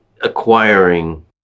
acquiring